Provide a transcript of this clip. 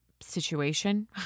situation